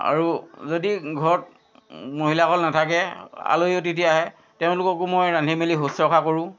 আৰু যদি ঘৰত মহিলাসকল নেথাকে আলহী অতিথি আহে তেওঁলোককো মই ৰান্ধি মেলি শুশ্ৰূষা কৰোঁ